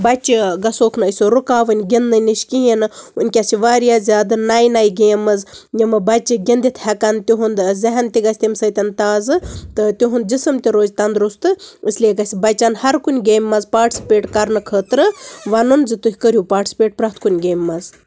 بَچہٕ گژھٕ ووٚکھ نہٕ أسۍ رُکاوٕنۍ گِنٛدنہٕ نِش کِہیٖنۍ نہٕ وٕنکٮ۪س چھِ واریاہ زیادٕ نَیہِ نَیہِ گیمٕز یِمہٕ بَچہٕ گِنٛدِتھ ہٮ۪کَن تِہُنٛد ذہن تہِ گژھِ تمہِ سۭتۍ تازٕ تہٕ تِہُنٛد جسم تہِ روزِ تنٛدرُستہٕ اِسلیے گژھِ بَچَن ہَرٕ کُنہِ گیمہِ منٛز پاٹسِپیٹ کَرنہٕ خٲطرٕ وَنُن زِ تُہۍ کٔرِو پاٹسِپیٹ پرٛٮ۪تھ کُنہِ گیمہِ منٛز